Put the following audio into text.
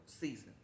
season